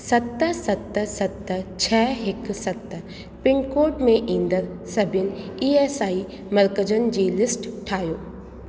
सत सत सत छ हिकु सत पिनकोड में ईंदड़ सभिन ई एस आई मर्कजन जी लिस्ट ठाहियो